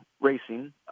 racing